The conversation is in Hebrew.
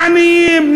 עניים,